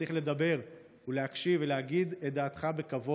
צריך לדבר ולהקשיב ולהגיד את דעתך בכבוד,